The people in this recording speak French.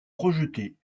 projetées